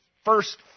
first